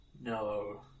No